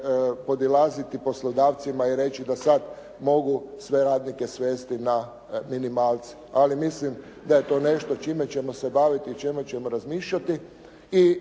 podilaziti poslodavcima i reći da sad mogu sve radnike svesti na minimalce, ali mislim da je to nešto čime ćemo se baviti i o čemu ćemo razmišljati